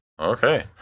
Okay